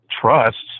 trusts